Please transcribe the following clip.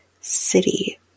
city